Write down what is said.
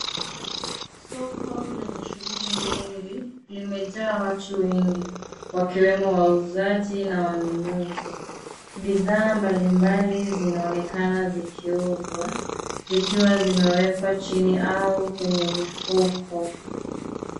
Soko lenye shughuli nyingi. Limejaa watu wengi wakiwemo wauzaji na wanunuzi. Bidhaa mbalimbali zinaonekana zikiuzwa zikiwa zimewekwa chini au kwenye mifuko.